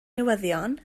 newyddion